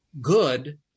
good